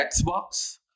Xbox